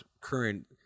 current